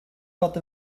fod